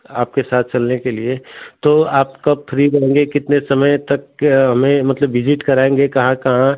आपके साथ चलने के लिए तो आप कब फ्री होंगे कितने समय तक हमें मतलब बिजिट कराएँगे कहाँ कहाँ